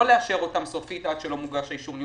לא לאשר אותן סופית עד שלא מוגש אישור ניהול